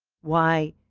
why,